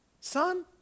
Son